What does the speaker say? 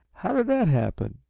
how did that happen?